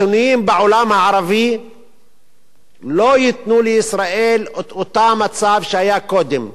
השינויים בעולם הערבי לא ייתנו לישראל את אותו מצב שהיה קודם.